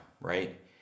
right